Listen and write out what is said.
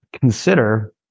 consider